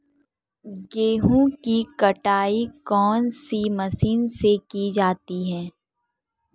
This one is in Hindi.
गेहूँ की कटाई कौनसी मशीन से की जाती है?